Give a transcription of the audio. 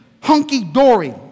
hunky-dory